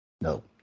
No